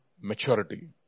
maturity